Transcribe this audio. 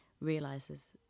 realizes